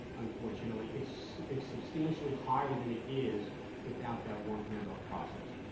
unfortunately, it's it's substantially higher than it is without that warm handoff process.